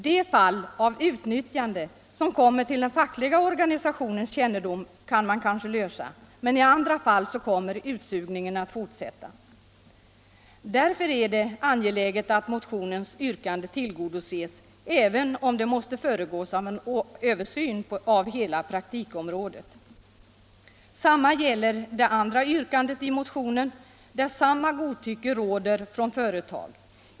De fall av utnyttjande som kommer till den fackliga organisationens kännedom kan kanske klaras upp, men i andra fall kommer utsugningen att fortsätta. Därför är det angeläget att motionens yrkande tillgodoses, även om det måste föregås av översyn av hela praktikområdet. Detsamma gäller det andra yrkandet i motionen; samma godtycke råder från företag.